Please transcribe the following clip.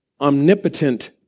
omnipotent